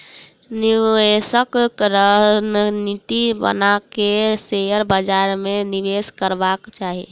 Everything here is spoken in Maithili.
निवेशक रणनीति बना के शेयर बाजार में निवेश करबाक चाही